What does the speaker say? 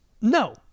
No